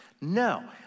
No